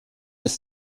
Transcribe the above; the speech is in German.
ist